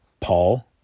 Paul